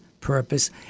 purpose